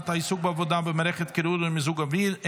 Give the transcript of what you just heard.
העיסוק בעבודה במערכת קירור או מיזוג אוויר,